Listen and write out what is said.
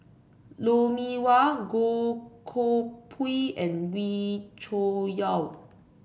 Lou Mee Wah Goh Koh Pui and Wee Cho Yaw